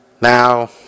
Now